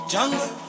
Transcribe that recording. Jungle